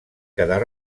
quedar